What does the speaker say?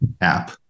app